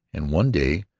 and one day,